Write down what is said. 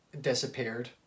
disappeared